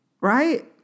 right